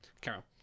Carol